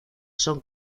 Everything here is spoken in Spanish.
son